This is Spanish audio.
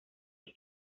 que